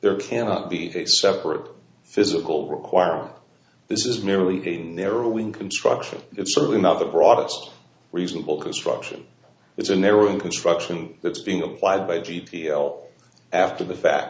there cannot be a separate physical requirement this is merely a narrowing construction it's certainly not the broadest reasonable construction it's a narrow construction that's being applied by g p l after the fact